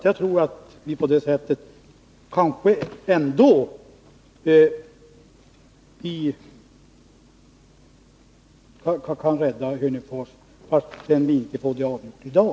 Jag tror att vi på det sättet kanske kan rädda Hörnefors, låt vara att vi inte får den saken avgjord i dag.